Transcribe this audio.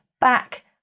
back